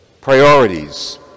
Priorities